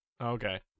Okay